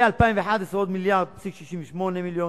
ב-2011, עוד מיליארד ו-68 מיליון.